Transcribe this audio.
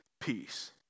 peace